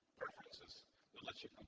preferences that lets you